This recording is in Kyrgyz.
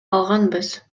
алганбыз